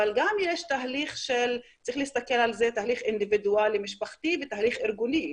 יש גם תהליך אינדיבידואלי משפחתי ותהליך ארגוני,